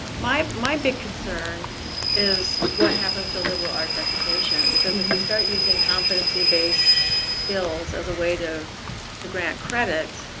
my my big concern is, what happens to a liberal arts education. because if you start using competency based skills as a way to to grant credit,